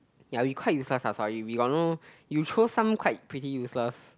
ya we quite useless lah sorry we got no you throw some quite pretty useless